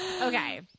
Okay